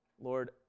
Lord